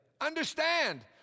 Understand